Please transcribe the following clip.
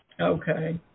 Okay